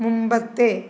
മുമ്പത്തെ